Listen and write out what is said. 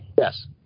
yes